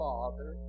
Father